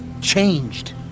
changed